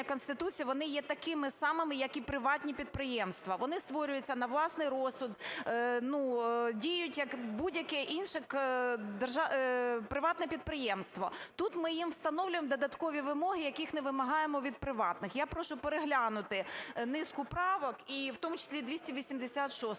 Конституції вони є такими самими, як і приватні підприємства, вони створюються на власний розсуд, ну, діють як будь-яке інше приватне підприємство. Тут ми їм встановлюємо додаткові вимоги, яких не вимагаємо від приватних. Я прошу переглянути низку правок і в тому числі 286-у.